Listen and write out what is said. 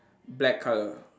black colour